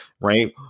right